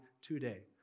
today